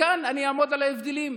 וכאן אני אעמוד על ההבדלים.